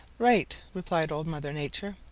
right, replied old mother nature.